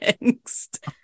next